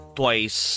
twice